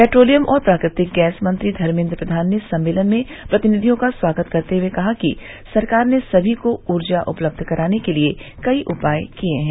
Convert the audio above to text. petroleum और प्राकृतिक gas मंत्री धर्मेद्र प्रधान ने सम्मेलन में प्रतिनिधियों का स्वागत करते हुए कहा कि सरकार ने सभी को ऊर्जा उपलब्ध कराने के लिए कई उपाय किए हैं